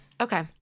Okay